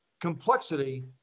complexity